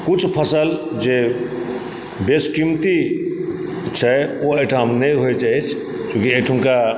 कुछ फसल जे बेशकीमती छै ओ एहिठाम नहि होयत अछि चूँकि एहिठुमका